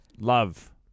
Love